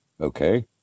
Okay